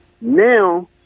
Now